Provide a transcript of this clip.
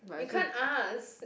you can't ask